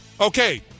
Okay